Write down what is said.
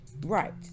Right